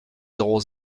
zéro